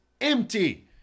empty